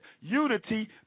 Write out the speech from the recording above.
unity